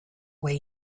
way